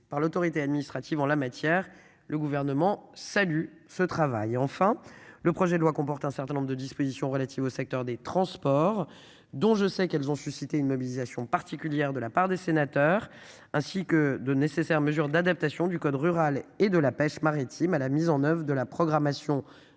par l'autorité administrative en la matière le gouvernement salue ce travail enfin le projet de loi comporte un certain nombre de dispositions relatives au secteur des transports dont je sais qu'elles ont suscité une mobilisation particulière de la part des sénateurs ainsi que de nécessaires mesures d'adaptation du code rural et de la pêche maritime à la mise en oeuvre de la programmation 2023